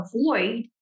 avoid